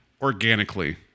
organically